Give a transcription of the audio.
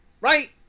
right